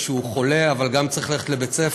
שהוא חולה אבל גם צריך ללכת לבית-ספר,